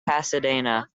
pasadena